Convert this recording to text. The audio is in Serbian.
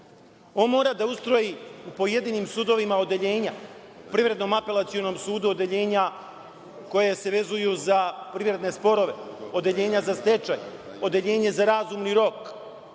On mora da ustroji u pojedinim sudovima odeljenja, u Privrednom Apelacionom sudu odeljenja koja se vezuju za privredne sporove, odeljenja za stečaj, odeljenje za razumni rok.